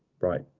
right